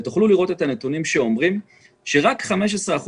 ותוכלו לראות את הנתונים שאומרים שרק 15%